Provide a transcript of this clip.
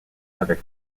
avec